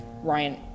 Ryan